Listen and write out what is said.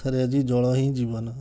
କଥାରେ ଅଛି ଜଳ ହିଁ ଜୀବନ